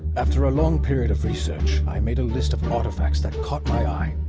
after a long period of research, i made a list of artifacts that caught my eye.